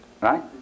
right